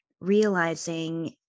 realizing